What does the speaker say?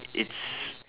it's